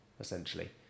essentially